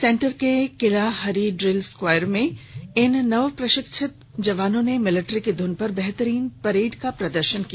centre के किला हरी ड्रिल स्क्वायर में इन नव प्रशिक्षित जवानों ने मिलिट्री की ध्वन पर बेहतरीन परेड का प्रदर्शन किया